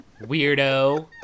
Weirdo